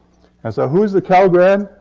and so who's the cal grad?